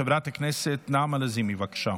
חברת הכנסת נעמה לזימי, בבקשה.